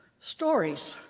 stories